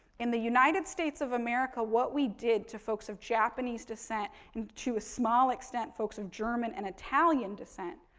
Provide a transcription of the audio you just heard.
in the united states of america, what we did to folks of japanese descent and to a small extent folks of german and italian descent,